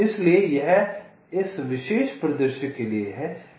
इसलिए यह इस विशेष परिदृश्य के लिए है